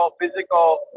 physical